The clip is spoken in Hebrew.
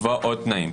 לקבוע עוד תנאים.